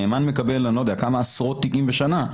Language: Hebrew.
נאמן מקבל כמה עשרות תיקים בשנה.